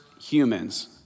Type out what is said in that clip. humans